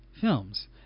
films